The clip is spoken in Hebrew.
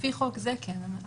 לפי חוק זה כן.